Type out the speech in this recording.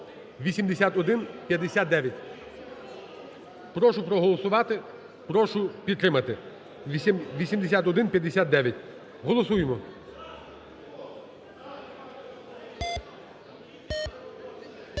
(8159). Прошу проголосувати, прошу підтримати 8159. Голосуємо.